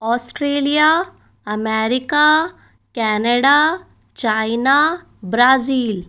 Australia America Canada China Brazil